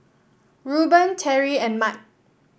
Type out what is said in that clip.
Rueben Teri and Mat